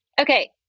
Okay